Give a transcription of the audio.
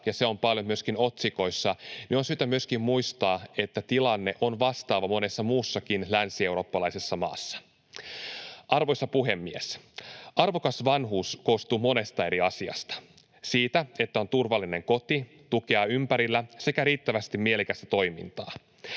ja se on paljon myöskin otsikoissa, niin on syytä myöskin muistaa, että tilanne on vastaava monessa muussakin länsieurooppalaisessa maassa. Arvoisa puhemies! Arvokas vanhuus koostuu monesta eri asiasta: siitä, että on turvallinen koti, tukea ympärillä sekä riittävästi mielekästä toimintaa.